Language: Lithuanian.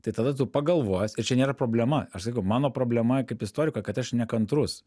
tai tada tu pagalvojęs ar čia nėra problema aš sakau mano problema kaip istoriko kad aš nekantrus